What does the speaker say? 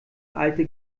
alte